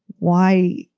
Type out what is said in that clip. why